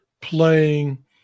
playing